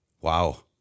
Wow